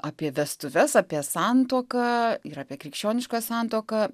apie vestuves apie santuoką ir apie krikščionišką santuoką